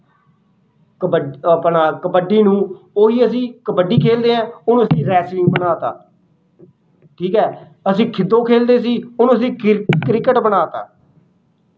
ਕਬੱਡ ਆਪਣਾ ਕਬੱਡੀ ਨੂੰ ਉਹੀ ਅਸੀਂ ਕਬੱਡੀ ਖੇਲਦੇ ਹਾਂ ਉਹਨੂੰ ਅਸੀਂ ਰੈਸਲਿੰਗ ਬਣਾ ਤਾ ਠੀਕ ਹੈ ਅਸੀਂ ਖਿੱਦੋਂ ਖੇਲਦੇ ਸੀ ਉਹਨੂੰ ਅਸੀਂ ਕ੍ਰਿਕ ਕ੍ਰਿਕਟ ਬਣਾ ਤਾ